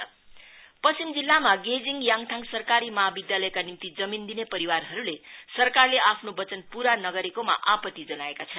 गेजिङ land compensation पश्चिम जिल्लामा गेजिङ याङथाङ सरकारी महाविध्यालयका निम्ति जमीन दिने परिवारहरुले सरकारलेल आफ्नो वचन प्रा नगरेकोमा आपत्ति जनाएका छन्